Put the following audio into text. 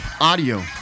audio